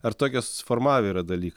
ar tokie susiformavę yra dalykai